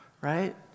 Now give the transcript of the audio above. right